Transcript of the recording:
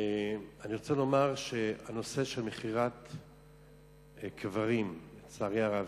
הנושא של מכירת קברים, לצערי הרב,